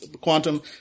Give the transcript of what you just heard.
quantum